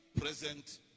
present